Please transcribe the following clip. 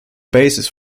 basis